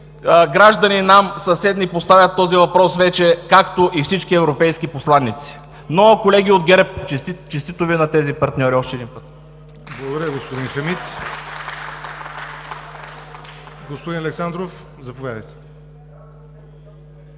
съседни нам държави поставят този въпрос вече, както и всички европейски посланици. Но, колеги от ГЕРБ, честито Ви на тези партньори – още един път!.